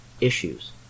issues